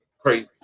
Crazy